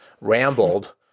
rambled